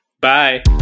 Bye